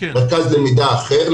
מרכז למידה אחר,